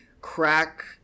crack